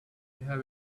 have